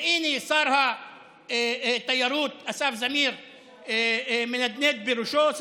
והינה שר התיירות אסף זמיר מהנהן בראשו.